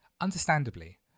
Understandably